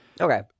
okay